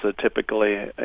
typically